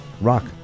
rock